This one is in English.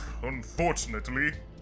unfortunately